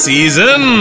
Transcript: Season